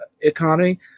economy